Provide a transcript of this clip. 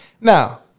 Now